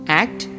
act